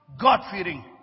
God-fearing